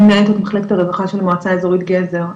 אני מנהלת מחלקת הרווחה של מועצה אזורית גזר,